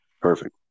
Perfect